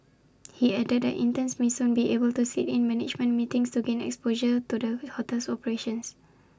he added that interns may soon be able to sit in management meetings to gain exposure to the hotel's operations